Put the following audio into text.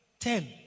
Ten